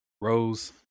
Rose